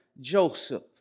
Joseph